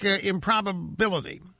improbability